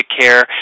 care